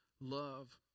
love